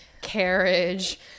carriage